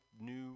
new